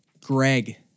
Greg